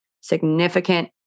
significant